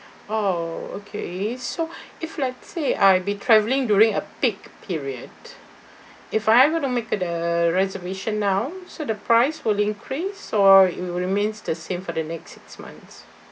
oh okay so if let's say I'll be travelling during a peak period if I were to make a reservation now so the price will increase or it remains the same for the next six months